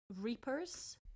reapers